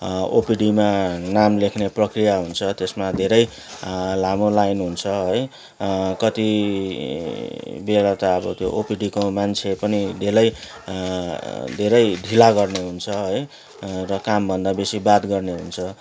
ओपिडीमा नाम लेख्ने प्रक्रिया हुन्छ त्यसमा धेरै लामो लाइन हुन्छ है कति बेला त अब त्यो ओपिडीको मान्छे पनि ढिलै धेरै ढिला गर्ने हुन्छ र कामभन्दा बेसी बात गर्ने हुन्छ